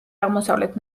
აღმოსავლეთ